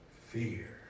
fear